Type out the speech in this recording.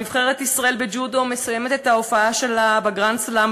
נבחרת ישראל בג'ודו מסיימת את ההופעה שלה ב"גראנד סלאם"